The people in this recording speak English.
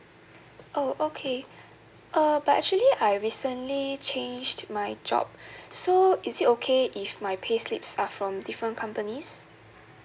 oh okay uh but actually I recently changed my job so is it okay if my payslips are from different companies